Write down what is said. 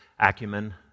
Acumen